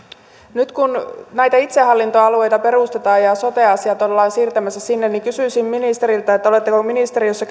nyt kun näitä itsehallintoalueita perustetaan ja ja sote asiat ollaan siirtämässä sinne niin kysyisin ministeriltä oletteko ministeriössä